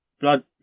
Blood